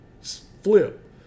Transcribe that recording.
flip